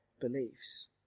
beliefs